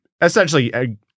essentially